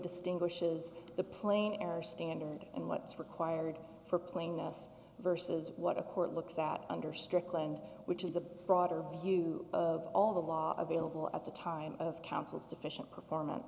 distinguishes the plane error standard and what's required for playing us versus what a court looks at under strickland which is a broader view of all the law available at the time of counsel's deficient performance